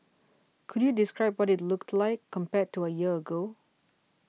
could you describe what it looked like compared to a year ago